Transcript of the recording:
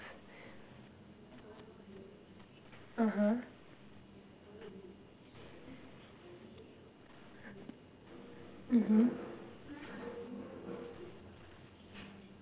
mmhmm